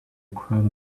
crowd